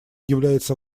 является